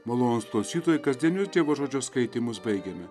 malonūs klauytojai kasdienius dievo žodžio skaitymus baigiame